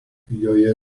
joje